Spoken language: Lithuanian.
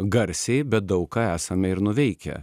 garsiai bet daug ką esame ir nuveikę